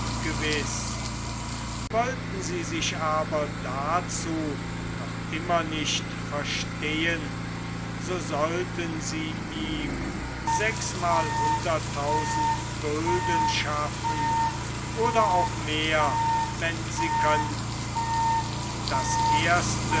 gewiß wollten sie sich aber dazu noch immer nicht verstehen so sollten sie ihm sechsmalhunderttausend gulden schaffen oder auch mehr wenn sie könnten das erste